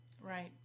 Right